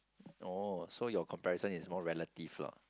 oh so your comparison is not relative lah